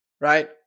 right